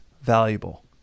valuable